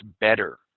better